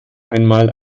einmal